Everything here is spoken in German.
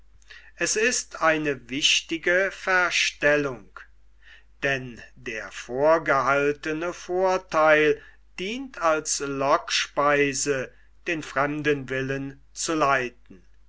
es ist eine wichtige verstellung denn der vorgehaltene vortheil dient als lockspeise den fremden willen zu leiten